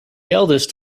eldest